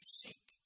seek